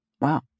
Wow